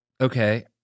Okay